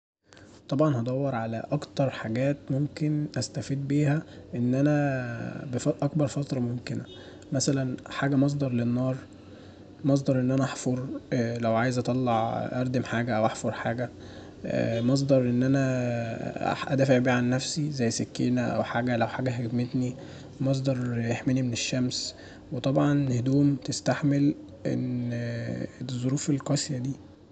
طبعا هدور علي أكتر حاجات ممكن استفيد بيها ان انا بأكبر فتره ممكنه مثلا حاجه مصدر للنار مصدر ان انا أحفر لو عايز اطلع اردم حاجه او احفر حاجه، مصدر ان انا ادافع بيه عن نفسي زي سكينة او حاجه لو حاجه هاجمتني، مصدر يحميني من الشمس وطبعا هدوم نستحمل إن الظروف القاسية دي.